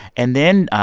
and then